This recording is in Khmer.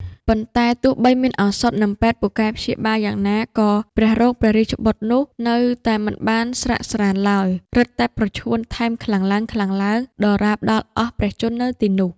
ប៉ុន្តែទោះបីមានឱសថ និងពេទ្យពូកែព្យាបាលយ៉ាងណាក៏ព្រះរោគព្រះរាជបុត្រនោះ នៅតែមិនបានស្រាកស្រាន្តឡើយ រឹតតែប្រឈួនថែមខ្លាំងឡើងៗ ដរាបដល់អស់ព្រះជន្មនៅទីនោះ ។